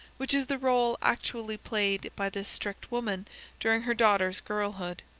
which is the role actually played by this strict woman during her daughter's girlhood.